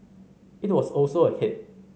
it was also a hit